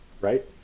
right